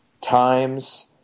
times